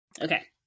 Okay